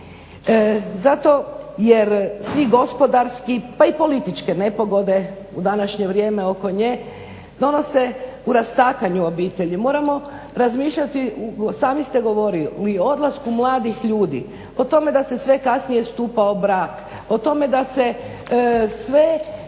Zato jer svi gospodarski pa i političke nepogode u današnje vrijeme oko nje donose u rastakanju obitelji. Moramo razmišljati sami ste govorili o odlasku mladih ljudi. O tome da se sve kasnije stupa u brak, o tome da se sve